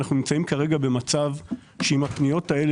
אנחנו נמצאים כרגע במצב שאם הפניות האלה